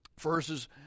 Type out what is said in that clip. Verses